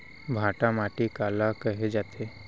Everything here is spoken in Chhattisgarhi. भांटा माटी काला कहे जाथे?